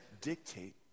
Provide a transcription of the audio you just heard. dictate